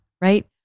right